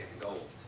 gold